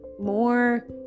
more